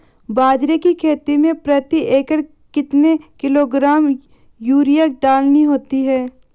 बाजरे की खेती में प्रति एकड़ कितने किलोग्राम यूरिया डालनी होती है?